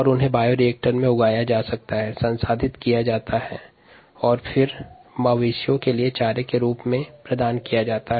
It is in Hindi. इन्हें बायोरिएक्टर में संवर्धित कर प्रसंस्करण के पश्चात् मवेशी चारे के रूप में प्रदान किया जाता है